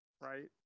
right